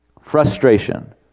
Frustration